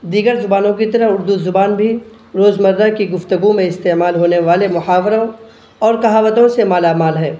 دیگر زبانوں کی طرح اردو زبان بھی روز مرہ کی گفتگو میں استعمال ہونے والے محاوروں اور کہاوتوں سے مالا مال ہے